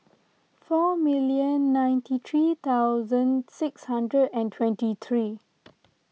four million ninety three thousand six hundred and twenty three